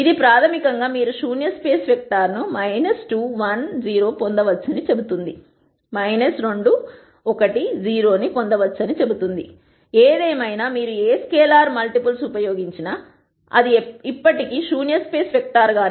ఇది ప్రాథమికంగా మీరు శూన్య స్పేస్ వెక్టర్ ను 2 1 0 పొందవచ్చ ని చెబుతుంది ఏదేమైనా మీరు ఏ స్కేలార్ మల్టిపుల్స్ ఉపయోగించినా అది ఇప్పటికీ శూన్య స్పేస్ వెక్టర్గానే ఉంటుంది